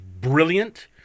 brilliant